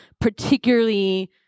particularly